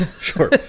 sure